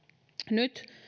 nyt